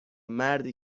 مردی